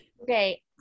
Okay